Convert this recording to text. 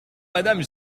madame